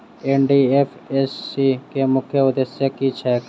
NDFSC केँ मुख्य उद्देश्य की छैक?